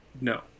no